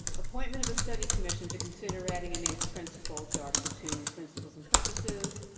appointment of a study commission to consider adding an eighth principle to article two, principles and purposes.